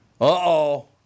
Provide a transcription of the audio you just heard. Uh-oh